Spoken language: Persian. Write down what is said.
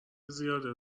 زیاده